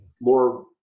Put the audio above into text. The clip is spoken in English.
more